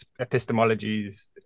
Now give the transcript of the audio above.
epistemologies